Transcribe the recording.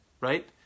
right